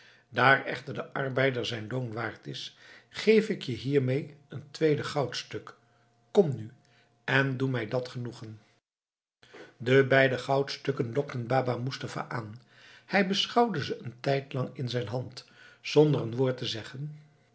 daar echter de arbeider zijn loon waard is geef ik je hiermee een tweede goudstuk kom nu en doe mij dat genoegen de beide goudstukken lokten baba moestapha aan hij beschouwde ze een tijd lang in zijn hand zonder een woord te zeggen